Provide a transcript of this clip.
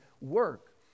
work